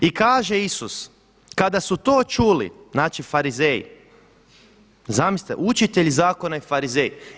I kaže Isus kada su to čuli, znači Farizeji, zamislite učitelj zakona je Farizej.